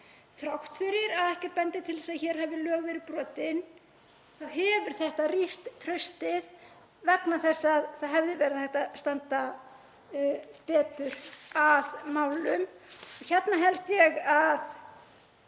Þrátt fyrir að ekkert bendir til þess að hér hafi lög verið brotin þá hefur þetta rýrt traustið vegna þess að það hefði verið hægt að standa betur að málum. Hérna held ég að